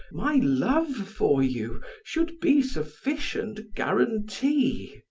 my love for you should be sufficient guarantee.